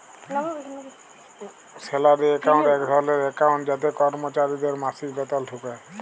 salary account এক ধরলের account যাতে করমচারিদের মাসিক বেতল ঢুকে